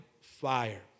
fire